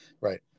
Right